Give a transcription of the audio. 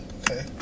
Okay